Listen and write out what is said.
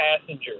passenger